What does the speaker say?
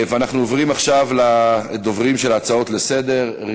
אנחנו עוברים עכשיו לדוברים של ההצעות לסדר-היום.